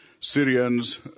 Syrians